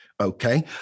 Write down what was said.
Okay